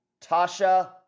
Tasha